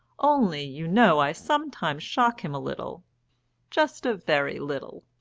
only, you know, i sometimes shock him a little just a very little.